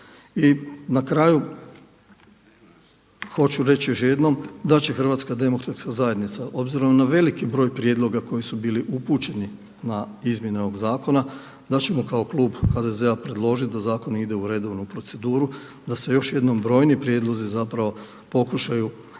I na kraju hoću reći još jednom da će HDZ obzirom na veliki broj prijedloga koji su bili upućeni na izmjene ovog zakona da ćemo kao klub HDZ-a predložiti da zakon ide u redovnu proceduru da se još jednom brojni prijedlozi zapravo pokušaju